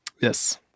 Yes